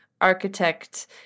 architect